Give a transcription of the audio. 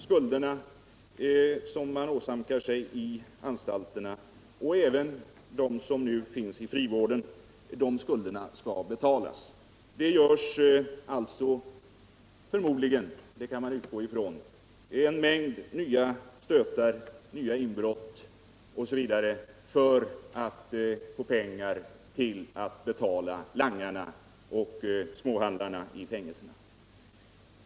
Skulderna som narkotikamissbrukarna på anstalterna -'och även de som nu finns i frivården —- åsamkar sig måste betalas. Man gör alltså — det kan vi utgå ifrån — en mängd nya stötar, nya inbrott osv. för att få pengar till att betala langarna och småhandlarna i fängelserna.